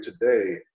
today